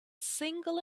single